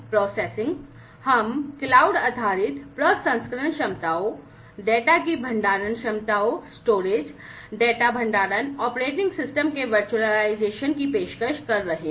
तो क्लाउड आधारित की पेशकश कर रहे हैं